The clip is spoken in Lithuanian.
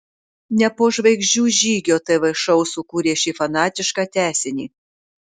ne po žvaigždžių žygio tv šou sukūrė šį fanatišką tęsinį